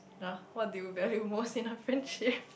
ya what do you value most in a friendship